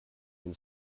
den